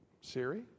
Siri